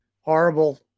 horrible